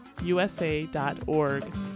usa.org